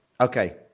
Okay